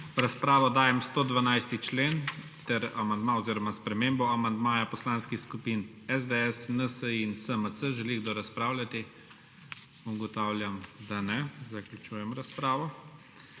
razpravo dajem 112. člen ter amandma oziroma spremembo amandmaja poslanskih skupin SDS, NSi in SMC. Želi kdo razpravljati? (Ne.) Zaključujem razpravo.